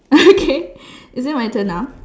okay is it my turn now